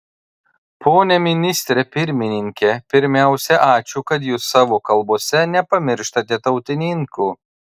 pone ministre pirmininke pirmiausia ačiū kad jūs savo kalbose nepamirštate tautininkų